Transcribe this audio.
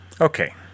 Okay